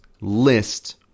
list